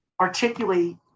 articulate